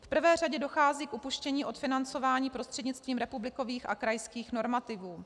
V prvé řadě dochází k upuštění od financování prostřednictvím republikových a krajských normativů.